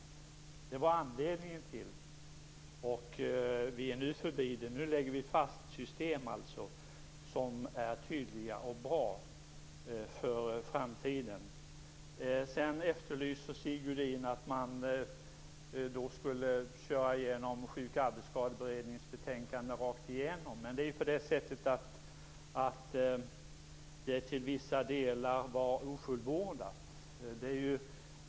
Det var anledningen. Vi är nu förbi detta. Nu lägger vi fast system som är tydliga och bra för framtiden. Sedan efterlyser Sigge Godin att vi skulle köra igenom Sjuk och arbetsskadeberedningens betänkande rakt av. Men detta var ju i vissa delar ofullbordat.